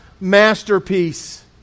masterpiece